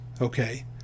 okay